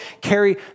carry